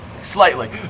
slightly